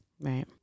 Right